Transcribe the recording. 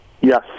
Yes